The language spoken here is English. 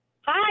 Hi